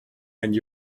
and